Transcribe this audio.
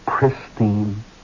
Pristine